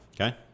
Okay